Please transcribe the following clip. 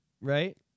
right